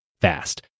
fast